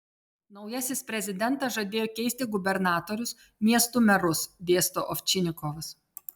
naujasis prezidentas žadėjo keisti gubernatorius miestų merus dėsto ovčinikovas